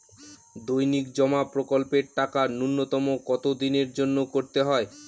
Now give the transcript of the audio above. দৈনিক জমা প্রকল্পের টাকা নূন্যতম কত দিনের জন্য করতে হয়?